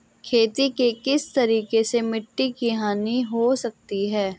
खेती के किस तरीके से मिट्टी की हानि हो सकती है?